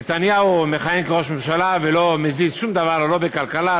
נתניהו מכהן כראש ממשלה ולא מזיז שום דבר לא בכלכלה,